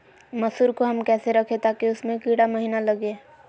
मसूर को हम कैसे रखे ताकि उसमे कीड़ा महिना लगे?